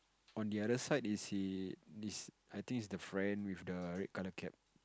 on the other side is he is I think is the friend with the red color hat